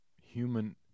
human